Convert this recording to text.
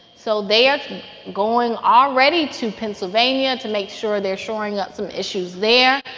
so they are going already to pennsylvania to make sure they're shoring up some issues there.